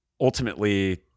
ultimately